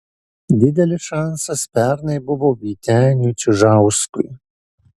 didelis šansas pernai buvo vyteniui čižauskui